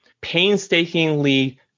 painstakingly